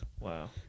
Wow